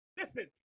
Listen